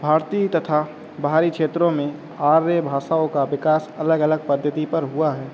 भारती तथा बाहरी क्षेत्रों में आर्य भाषाओं का विकास अलग अलग पद्धति पर हुआ है